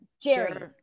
Jerry